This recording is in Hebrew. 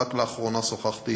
רק לאחרונה שוחחתי